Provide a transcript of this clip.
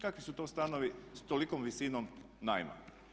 Kakvi su to stanovi s tolikom visinom najma?